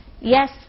Yes